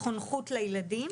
חונכות לילדים,